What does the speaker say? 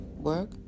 work